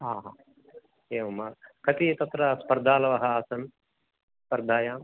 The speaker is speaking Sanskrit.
आहा एवं वा कति तत्र स्पर्धालवः आसन् स्पर्धायाम्